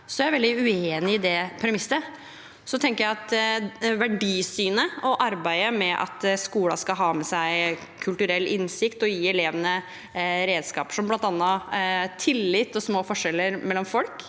er jeg veldig uenig i det premisset. Jeg tenker at verdisynet og arbeidet med at skolen skal ha med seg kulturell innsikt og gi elevene redskaper som bl.a. tillit og små forskjeller mellom folk,